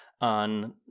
on